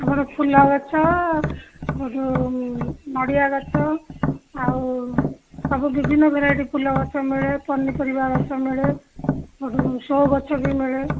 ଆମର ଫୁଲ ଗଛ ସେଇଠୁ ନଡ଼ିଆ ଗଛ ଆଉ ସବୁ ବିଭିନ୍ନ ଭେରାଇଟି ଫୁଲ ଗଛ ମିଳେ ପନିପରିବା ଗଛ ମିଳେ ସେଇଠୁ ସୋ ଗଛ ବି ମିଳେ